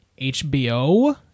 HBO